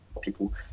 people